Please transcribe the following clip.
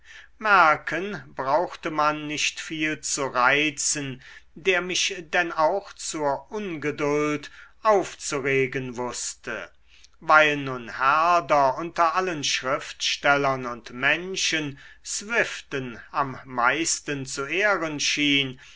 mercken brauchte man nicht viel zu reizen der mich denn auch zur ungeduld aufzuregen wußte weil nun herder unter allen schriftstellern und menschen swiften am meisten zu ehren schien